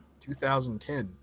2010